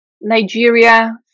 nigeria